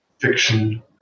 fiction